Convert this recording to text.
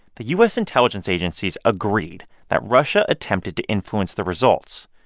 the u s. intelligence agencies agreed that russia attempted to influence the results,